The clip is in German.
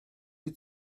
die